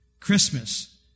Christmas